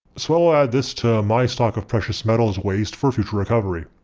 so i'll add this to my stock of precious metals waste for future recovery.